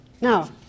Now